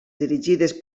dirigides